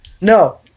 No